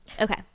Okay